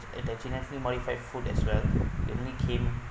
the genetically modified food as well they only came